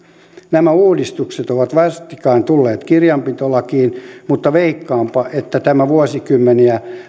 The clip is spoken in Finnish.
nämä uudistukset ovat vastikään tulleet kirjanpitolakiin mutta veikkaanpa että tämä vuosikymmeniä